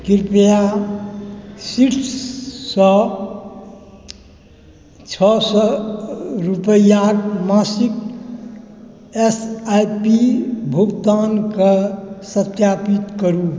कृपया शीट्स सँ छओ सौ रुपैयाक मासिक एस आई पी भुगतानकेँ सत्यापित करू